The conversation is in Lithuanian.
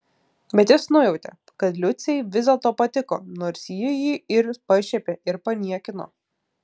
bet jis nujautė kad liucei vis dėlto patiko nors ji jį ir pašiepė ir paniekino